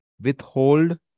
withhold